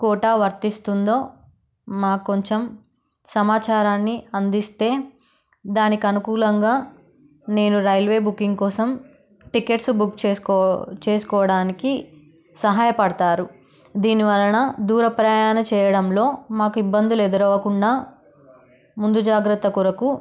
quota వర్తిస్తుందో మాకు కొంచెం సమాచారాన్ని అందిస్తే దానికి అనుకూలంగా నేను రైల్వే బుకింగ్ కోసం టికెట్స్ బుక్ చేసుకోవడానికి సహాయపడతారు దీనివలన దూర ప్రయాణ చేయడంలో మాకు ఇబ్బందులు ఎదురవకుండా ముందు జాగ్రత్త కొరకు